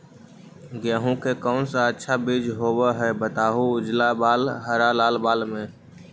गेहूं के कौन सा अच्छा बीज होव है बताहू, उजला बाल हरलाल बाल में?